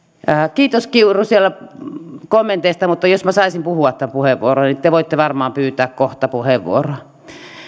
kiitos kiuru kommenteista mutta jos minä saisin puhua tämän puheenvuoroni te te voitte varmaan pyytää kohta puheenvuoroa